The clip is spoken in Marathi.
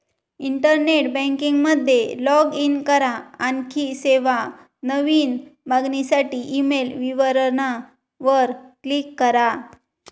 इंटरनेट बँकिंग मध्ये लाॅग इन करा, आणखी सेवा, नवीन मागणीसाठी ईमेल विवरणा वर क्लिक करा